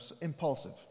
impulsive